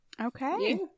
Okay